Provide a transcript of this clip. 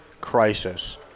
crisis